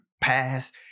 past